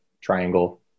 triangle